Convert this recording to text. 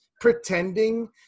pretending